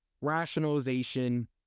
rationalization